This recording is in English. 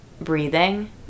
breathing